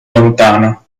lontano